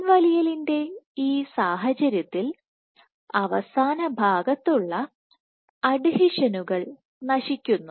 പിൻവലിയലിൻറെ ഈ സാഹചര്യത്തിൽ അവസാന ഭാഗത്തുള്ള അഡ്ഹീഷനുകൾ നശിക്കുന്നു